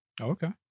Okay